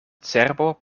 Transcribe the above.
cerbo